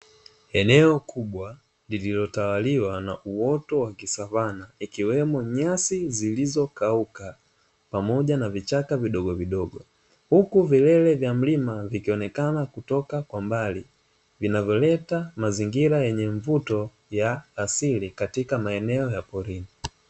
Eneo kubwa, lililotawaliwa na uoto wa kisavana, ikiwemo nyasi zilizokauka pamoja na vichaka vidogovidogo, huku vilele vya mlima vikionekana kutoka kwa mbali, vinavyoleta mazingira yenye mvuto ya asili katika maeneo ya porini.